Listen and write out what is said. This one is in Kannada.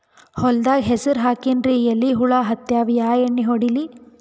ಹೊಲದಾಗ ಹೆಸರ ಹಾಕಿನ್ರಿ, ಎಲಿ ಹುಳ ಹತ್ಯಾವ, ಯಾ ಎಣ್ಣೀ ಹೊಡಿಲಿ?